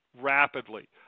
rapidly